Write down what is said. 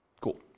Cool